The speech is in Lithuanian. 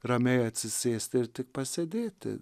ramiai atsisėsti ir tik pasėdėti